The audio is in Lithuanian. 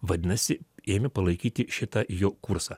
vadinasi ėmė palaikyti šitą jo kursą